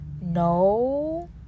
No